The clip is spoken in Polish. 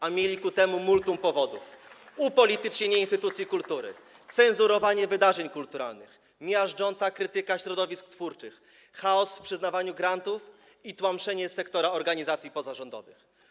A mieli ku temu multum powodów: upolitycznienie instytucji kultury, cenzurowanie wydarzeń kulturalnych, miażdżąca krytyka środowisk twórczych, chaos w przyznawaniu grantów i tłamszenie sektora organizacji pozarządowych.